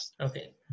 Okay